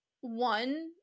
One